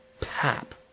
pap